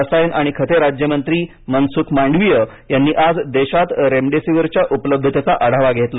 रसायन आणि खते राज्यमंत्री मनसुख मांडविय यांनी आज देशात रेमडेसिवीरच्या उपलब्धतेचा आढावा घेतला